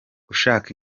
ushaka